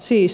siis